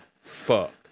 fuck